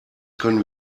können